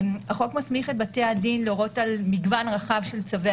החוק מסמיך את בתי הדין להורות על מגוון רחב של צווי